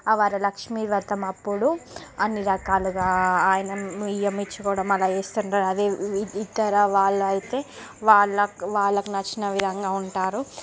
ఆ వరలక్ష్మి వ్రతం అప్పుడు అన్ని రకాలుగా అయనం వియ్యం ఇచ్చుకోవడం అలా చేస్తుంటారు అదే ఇతర వాళ్ళు అయితే వాళ్ళకు వాళ్ళకు నచ్చిన విధంగా ఉంటారు